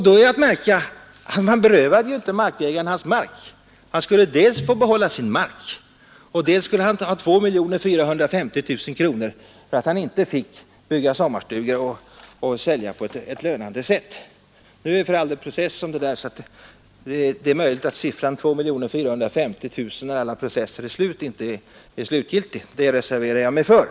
Då är att märka att man inte berövat markägaren hans mark, utan han skulle dels få behålla sin mark, dels få 2450 000 kronor för att han inte fick bygga sommarstugor på den och sälja. Nu pågår för all del fortfarande process om detta, varför det är möjligt att siffran 2 450 000 kronor när alla processer är slutförda inte blir slutgiltig. Det reserverar jag mig för.